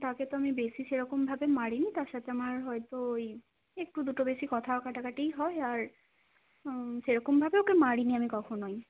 তাকে তো আমি বেশি সেরকমভাবে মারি নি তার সাথে আমার হয়তো এই একটু দুটো বেশি কথা কাটাকাটিই হয় আর সেরকমভাবে ওকে মারি নি আমি কখনোই